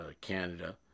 Canada